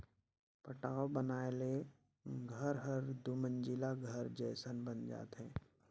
पटाव बनाए ले घर हर दुमंजिला घर जयसन बन जाथे